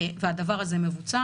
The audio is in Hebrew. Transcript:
והדבר הזה מבוצע,